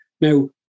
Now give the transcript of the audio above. Now